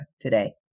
today